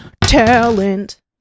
talent